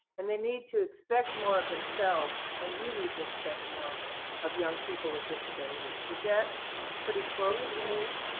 and they need to expect more of themselves, and we need to expect more of young people with disabilities. is that pretty close, denise?